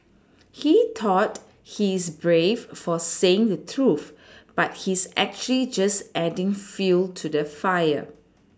he thought he's brave for saying the truth but he's actually just adding fuel to the fire